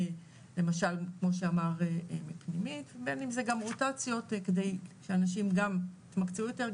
בין אם זה גם רוטציות כדי שאנשים גם יתמקצעו יותר,